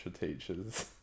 teachers